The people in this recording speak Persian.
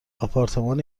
آپارتمان